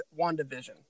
WandaVision